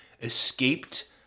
escaped